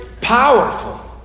powerful